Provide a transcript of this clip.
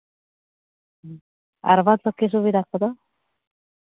ᱦᱮᱸ ᱟᱨ ᱵᱟᱫᱽ ᱵᱟᱹᱠᱤ ᱥᱩᱵᱤᱫᱷᱟ ᱠᱚᱫᱚ